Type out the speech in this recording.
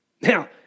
Now